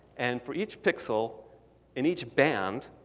and for each pixel in each band,